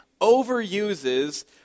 overuses